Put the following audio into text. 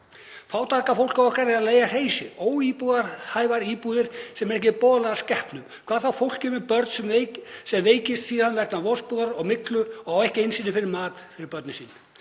Fátæka fólkið okkar er að leigja hreysi, óíbúðarhæfar íbúðir sem eru ekki boðlegar skepnum, hvað þá fólki með börn sem veikist síðan vegna vosbúðar og myglu og á ekki einu sinni fyrir mat fyrir börnin sín.